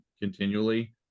continually